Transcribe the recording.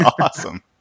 awesome